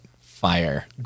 fire